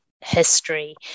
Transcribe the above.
history